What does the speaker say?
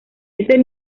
ese